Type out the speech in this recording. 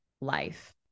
life